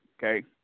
Okay